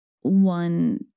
one